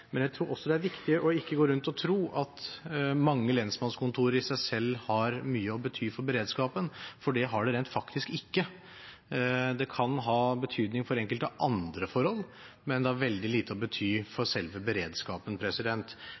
Men jeg tror også det er viktig ikke å gå rundt og tro at mange lensmannskontorer i seg selv har mye å bety for beredskapen, for det har de rent faktisk ikke. Det kan ha betydning for enkelte andre forhold, men det betyr veldig lite for selve beredskapen.